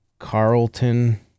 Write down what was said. Carlton